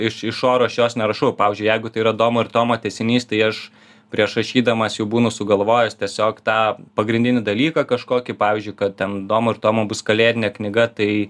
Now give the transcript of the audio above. iš iš oro aš jos nerašau pavyzdžiui jeigu tai yra domo ir tomo tęsinys tai aš prieš rašydamas jau būnu sugalvojęs tiesiog tą pagrindinį dalyką kažkokį pavyzdžiui kad ten domo ir tomo bus kalėdinė knyga tai